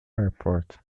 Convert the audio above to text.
airport